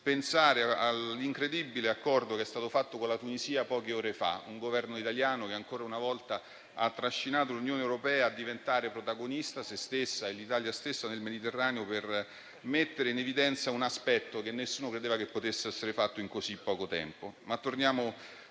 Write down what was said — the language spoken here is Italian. pensare all'incredibile accordo fatto con la Tunisia poco tempo fa dal Governo italiano, che ancora una volta ha trascinato l'Unione europea a diventare protagonista insieme all'Italia stessa nel Mediterraneo, per mettere in evidenza un aspetto che nessuno credeva potesse essere fatto in così poco tempo.